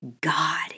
God